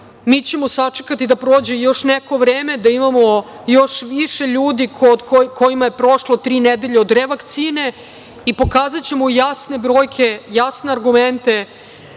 Mi ćemo sačekati da prođe još neko vreme da imamo još više ljudi kojima je prošlo tri nedelje od revakcine i pokazaćemo jasne brojke, jasne argumente